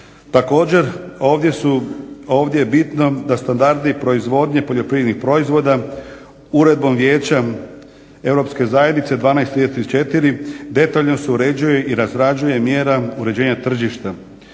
su, ovdje je bitno da standardi proizvodnje poljoprivrednih proizvoda uredbom Vijeća Europske zajednice 12/34 detaljno se uređuje i razrađuje mjera uređenja tržišta.